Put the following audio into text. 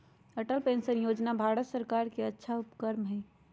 Atal pension Yojana Bharat सर्कार के अच्छा उपक्रम हई